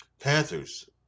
Panthers